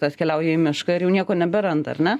atkeliauja į mišką ir jau nieko neberanda ar ne